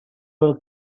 will